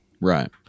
Right